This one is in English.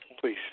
Please